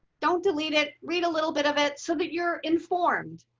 don't delete it read a little bit of it so that you're informed.